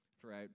throughout